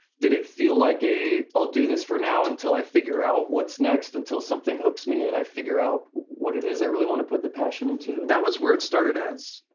did it feel like a i'll do this for now until i figure out what's next, until something hooks me and i figure out what it is i really wanna put the passion into? that was where it started as,